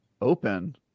open